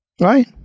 right